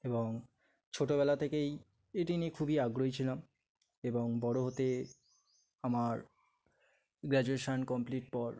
এবং ছোটবেলা থেকেই এটি নিয়ে খুবই আগ্রহী ছিলাম এবং বড় হতে আমার গ্র্যাজুয়েশন কমপ্লিট পর